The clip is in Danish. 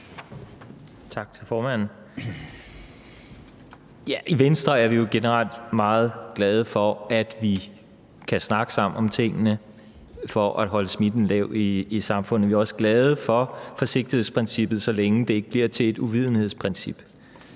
jo generelt meget glade for, at vi kan snakke sammen om tingene for at holde smitten lav i samfundet. Vi er også glade for forsigtighedsprincippet, så længe det ikke bliver til et uvidenhedsprincip.